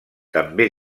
també